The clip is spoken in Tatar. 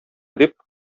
дип